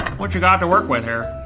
what you got to work with there?